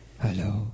Hello